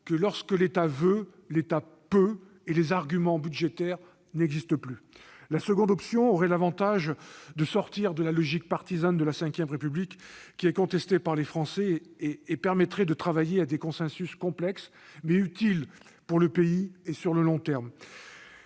que, lorsque l'État veut, l'État peut, et les arguments budgétaires n'existent plus. La seconde aurait l'avantage de sortir de la logique partisane de la V République, contestée par les Français, et permettrait de travailler à des consensus complexes, mais utiles pour le pays sur le long terme.